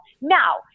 Now